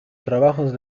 trabajos